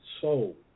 soul